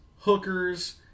hookers